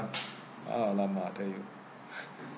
!alamak! I tell you